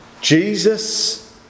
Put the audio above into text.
Jesus